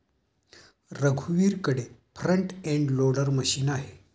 रघुवीरकडे front end loader machine आहे